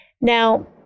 Now